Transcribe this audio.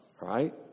right